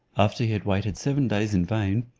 after he had waited seven days in vain,